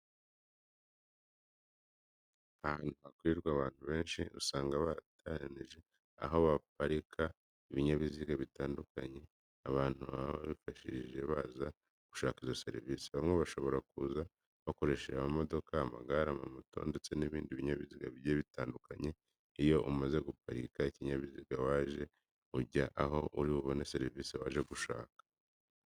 Ahantu hakwirirwa abantu benshi, usanga barateganije aho baparika ibinyabiziga bitandukanye abantu baba bifashishije baza gushaka izo serivise. Bamwe bashobora kuza bakoresheje amamodoka, amagare, amamoto ndetse n'ibindi binyabiziga bigiye bitandukanye. Iyo umaze guparika ikinyabiziga wajeho ujya aho uri bubonere serivise waje gushaka.